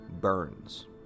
burns